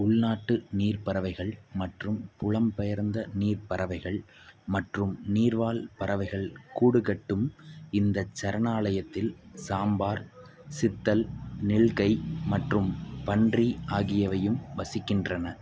உள்நாட்டு நீர் பறவைகள் மற்றும் புலம்பெயர்ந்த நீர் பறவைகள் மற்றும் நீர்வாழ் பறவைகள் கூடு கட்டும் இந்த சரணாலயத்தில் சாம்பார் சித்தல் நில்கை மற்றும் பன்றி ஆகியவையும் வசிக்கின்றன